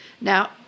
Now